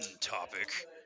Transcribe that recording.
topic